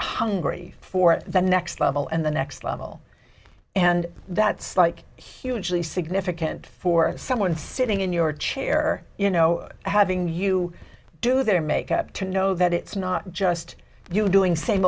hungry for the next level and the next level and that's like hugely significant for someone sitting in your chair you know having you do their makeup to know that it's not just you doing